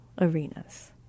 arenas